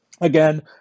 Again